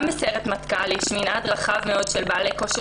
גם בסיירת מטכ"ל יש מנעד רחב מאוד של בעלי כושר